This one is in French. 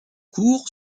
courent